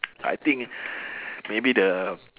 I think maybe the